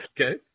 Okay